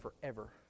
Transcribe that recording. forever